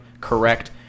correct